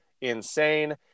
insane